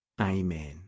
Amen